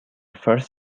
first